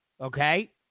okay